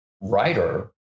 writer